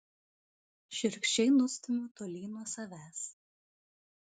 šiurkščiai nustumiu tolyn nuo savęs